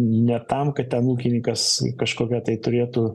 ne tam kad ten ūkininkas kažkokią tai turėtų